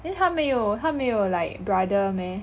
then 她没有她没有 like brother meh